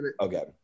okay